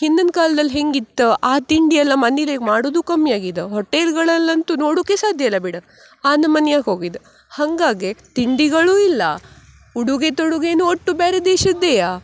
ಹಿಂದಿನ ಕಾಲ್ದಲ್ಲಿ ಹೆಂಗಿತ್ತು ಆ ತಿಂಡಿ ಎಲ್ಲ ಮನೆಲೇ ಮಾಡುವುದು ಕಮ್ಮಿ ಆಗಿದವೆ ಹೋಟೆಲ್ಗಳಲ್ಲಿ ಅಂತೂ ನೋಡುಕ್ಕೆ ಸಾಧ್ಯ ಇಲ್ಲ ಬಿಡಿ ಆ ನಮನಿಯಾಗಿ ಹೋಗಿದೆ ಹಂಗಾಗಿ ತಿಂಡಿಗಳೂ ಇಲ್ಲ ಉಡುಗೆ ತೊಡುಗೆಯೂ ಒಟ್ಟು ಬೇರೆ ದೇಶದ್ದೇ